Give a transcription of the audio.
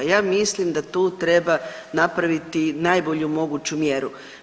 Ja mislim da tu treba napraviti najbolju moguću mjeru.